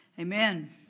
Amen